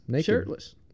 shirtless